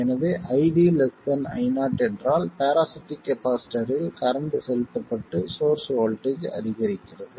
எனவே ID Io என்றால் parasitic கப்பாசிட்டர்ரில் கரண்ட் செலுத்தப்பட்டு சோர்ஸ் வோல்ட்டேஜ் அதிகரிக்கிறது